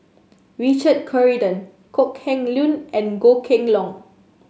Richard Corridon Kok Heng Leun and Goh Kheng Long